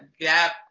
gap